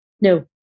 No